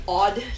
odd